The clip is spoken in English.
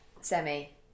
Semi